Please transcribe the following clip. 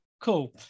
cool